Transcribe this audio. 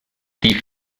die